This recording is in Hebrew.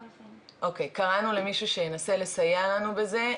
קראנו למישהו שינסה לסייע בזה,